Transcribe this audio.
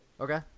Okay